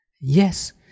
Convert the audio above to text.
Yes